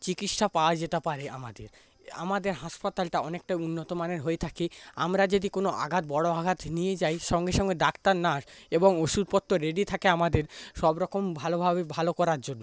চিকিৎসা পাওয়া যেতে পারে আমাদের আমাদের হাসপাতালটা অনেকটা উন্নতমানের হয়ে থাকে আমরা যদি কোনো আঘাত বড় আঘাত নিয়ে যাই সঙ্গে সঙ্গে ডাক্তার নার্স এবং ওষুধপত্র রেডি থাকে আমাদের সবরকম ভালোভাবে ভালো করার জন্য